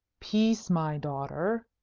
peace, my daughter,